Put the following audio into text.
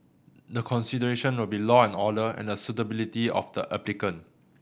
the consideration will be law and order and the suitability of the applicant